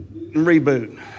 reboot